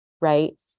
right